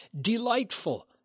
delightful